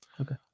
Okay